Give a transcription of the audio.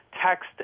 text